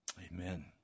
Amen